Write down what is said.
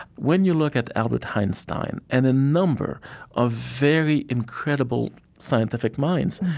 when you look at albert einstein and a number of very incredible scientific minds,